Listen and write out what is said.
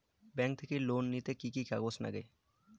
Bank থাকি loan নিতে কি কি কাগজ নাগে?